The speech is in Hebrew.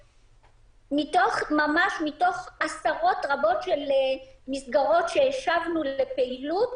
ממש מתוך עשרות רבות של מסגרות שהשבנו לפעילות